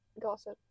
gossip